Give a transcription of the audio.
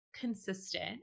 consistent